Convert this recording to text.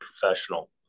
professional